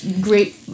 great